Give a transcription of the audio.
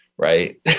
right